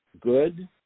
good